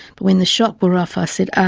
but when the shock wore off i said,